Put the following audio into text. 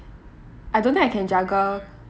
I don't think I can juggle